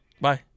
Bye